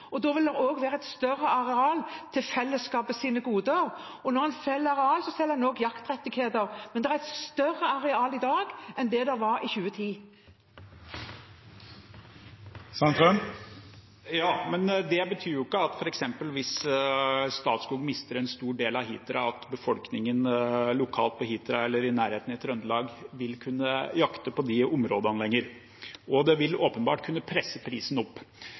og da vil det også være et større areal til fellesskapets goder, og når en selger areal, selger en også jaktrettigheter. Men det er et større areal i dag enn det det var i 2010. Ja, men det betyr jo ikke – f.eks. hvis Statskog mister en stor del av Hitra – at befolkningen lokalt på Hitra eller i nærheten i Trøndelag vil kunne jakte på de områdene lenger. Og det vil åpenbart kunne presse prisen opp.